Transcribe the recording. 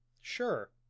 Sure